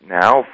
now